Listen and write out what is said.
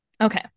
Okay